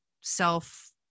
self